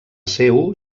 seu